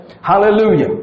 Hallelujah